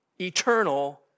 eternal